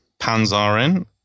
Panzarin